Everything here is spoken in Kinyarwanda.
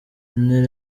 intera